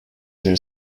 their